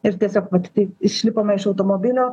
ir tiesiog vat taip išlipome iš automobilio